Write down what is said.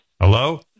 Hello